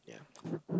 yeah